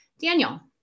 daniel